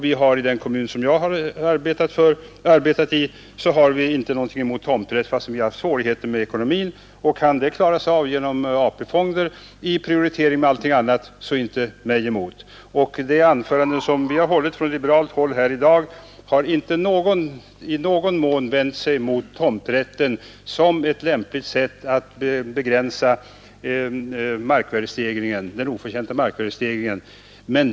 I den kommun som jag har arbetat i har vi inte någonting emot tomträtt, fastän vi har haft svårigheter med finansieringen. Kan den klaras av genom AP-fonden i prioritering med allting annat, så inte mig emot. De anföranden som har hållits från liberalt håll här i dag har inte i någon mån vänt sig mot tomträtt såsom ett lämpligt sätt att begränsa oförtjänt markvärdestegring.